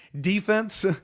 Defense